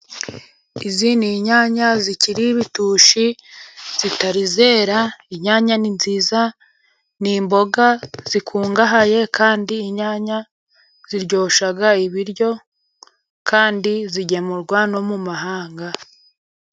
Iz ni inyanya zikiri ibitushi zitari zera, inyanya ni nziza ni imboga zikungahaye kandi inyanya ziryosha ibiryo kandi zigemurwa no mu mahanga.